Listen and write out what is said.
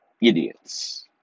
idiots